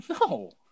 No